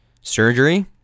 surgery